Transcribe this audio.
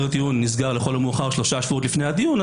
טיעון נסגר לכל המאוחר שלושה שבועות לפני הדיון,